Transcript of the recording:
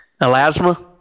Elasma